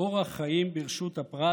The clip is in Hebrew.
אורח חיים ברשות הפרט,